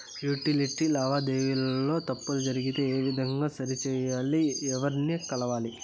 Utility లావాదేవీల లో తప్పులు జరిగితే ఏ విధంగా సరిచెయ్యాలి? ఎవర్ని కలవాలి?